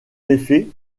effet